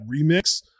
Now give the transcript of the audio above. remix